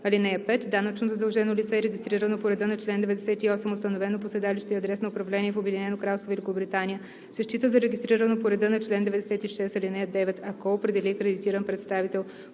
(5) Данъчно задължено лице, регистрирано по реда на чл. 98, установено по седалище и адрес на управление в Обединено кралство Великобритания, се счита за регистрирано по реда на чл. 96, ал. 9, ако определи акредитиран представител